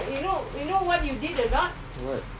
what